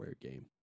game